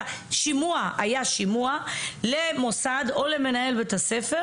האם היה שימוע למוסד או למנהל בית הספר